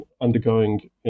undergoing